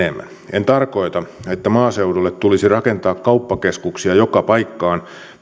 en tarkoita että maaseudulle tulisi rakentaa kauppakeskuksia joka paikkaan